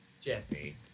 Jesse